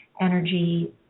energy